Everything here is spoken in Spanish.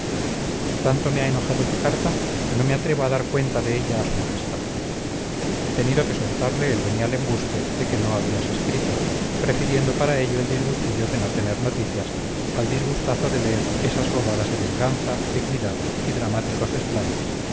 tanto me ha enojado tu carta que no me atrevo a dar cuenta de ella a su majestad he tenido que soltarle el venial embuste de que no habías escrito prefiriendo para ello el disgustillo de no tener noticias al disgustazo de leer esas bobadas de venganza dignidad y dramáticos desplantes